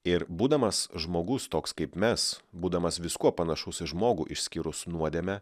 ir būdamas žmogus toks kaip mes būdamas viskuo panašus į žmogų išskyrus nuodėmę